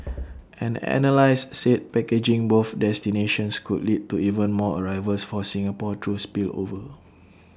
an analyse said packaging both destinations could lead to even more arrivals for Singapore through spillover